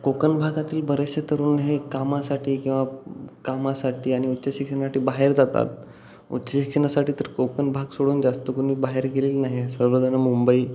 कोकण भागातील बरेचसे तरुण हे कामासाठी किंवा कामासाठी आणि उच्च शिक्षणासाठी बाहेर जातात उच्च शिक्षणासाठी तर कोकण भाग सोडून जास्त कोणी बाहेर गेले नाही सर्वजणं मुंबई